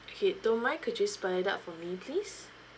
okay don't mind could you spell it out for me please